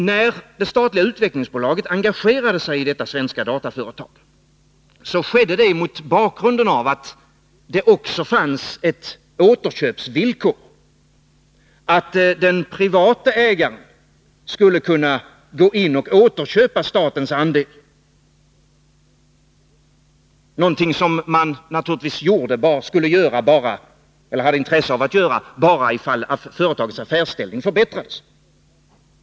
När det statliga utvecklingsbolaget engagerade sig i detta svenska dataföretag skedde det mot bakgrunden av att det också fanns ett återköpsvillkor; den privata ägaren skulle kunna gå in och återköpa statens andel, någonting som man naturligtvis hade intresse av att göra bara ifall företagets affärsställning förbättrades.